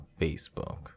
Facebook